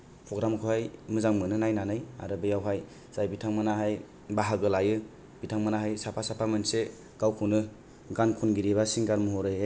programme खौहाय मोजां मोनो नायनानै आरो बेयावहाय जाय बिथांमोनाहाय बाहागो लायो बिथांमोनाहाय साफा साफा मोनसे गावखौनो गान खनगिरि बा सिंगार महरैहाय